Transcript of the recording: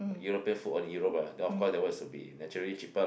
European food on Europe ah then of course that one will be naturally cheaper lah